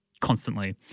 constantly